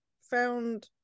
found